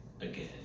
again